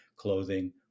clothing